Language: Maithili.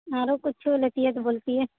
आरो किछु लैतिऐ तऽ बोलतिऐ